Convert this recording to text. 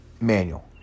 manual